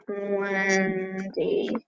Wendy